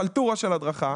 חלטורה של הדרכה,